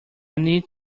need